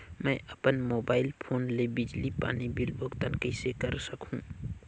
मैं अपन mobile phone ले बिजली पानी बिल भुगतान कइसे कर सकहुं?